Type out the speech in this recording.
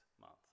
month